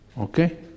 Okay